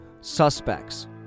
suspects